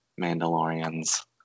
Mandalorian's